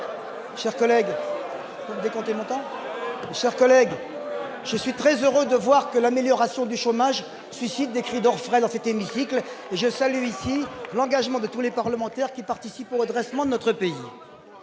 Chers collègues, je suis très heureux de voir que l'amélioration du chômage suscite des cris d'orfraie dans cette hémicycle je salue ici l'engagement de tous les parlementaires qui participent au redressement de notre pays,